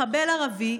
מחבל ערבי,